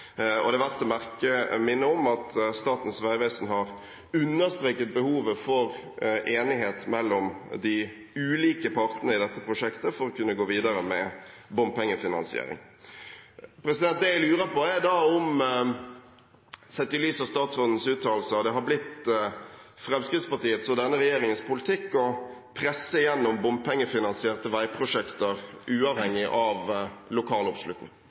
og det er verdt å minne om at Statens vegvesen har understreket behovet for enighet mellom de ulike partene i dette prosjektet for å kunne gå videre med bompengefinansiering. Det jeg lurer på, sett i lys av statsrådens uttalelser, er om det har blitt Fremskrittspartiets og denne regjeringens politikk å presse gjennom bompengefinansierte veiprosjekter, uavhengig av